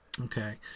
Okay